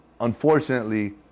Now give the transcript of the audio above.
Unfortunately